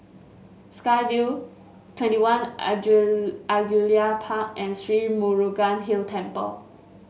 Sky Vue Twenty One Angullia Park and Sri Murugan Hill Temple